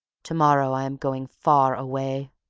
to-morrow i am going far away.